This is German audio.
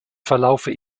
verlaufe